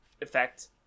effect